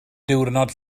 diwrnod